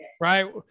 right